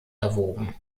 erwogen